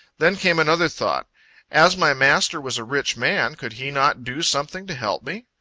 then came another thought as my master was a rich man, could he not do something to help me?